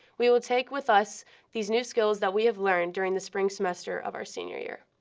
we will take with us these new skills that we have learned during the spring semester of our senior year.